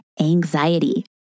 anxiety